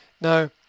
Now